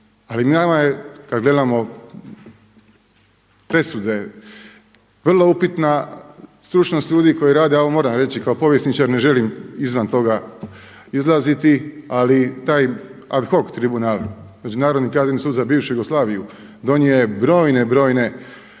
Ali nama je kad gledamo presude vrlo upitna stručnost ljudi koji rade, ja ovo moram reći, kao povjesničar ne želim izvan toga izlaziti ali taj ad hoc tribunal Međunarodni kazneni sud za bivšu Jugoslaviju donio je brojne, brojne